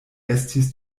estis